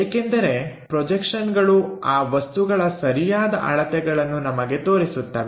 ಏಕೆಂದರೆ ಪ್ರೊಜೆಕ್ಷನ್ಗಳು ಆ ವಸ್ತುಗಳ ಸರಿಯಾದ ಅಳತೆಗಳನ್ನು ನಮಗೆ ತೋರಿಸುತ್ತವೆ